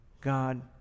God